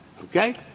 Okay